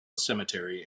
cemetery